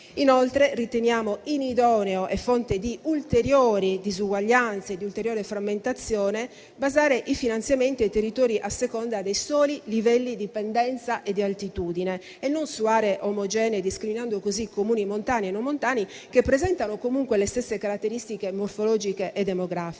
Ancora, riteniamo inidoneo e fonte di ulteriori disuguaglianze e di ulteriore frammentazione basare i finanziamenti ai territori solo sui livelli di pendenza e di altitudine e non su aree omogenee, discriminando così i Comuni montani e non montani che presentano comunque le stesse caratteristiche morfologiche e demografiche,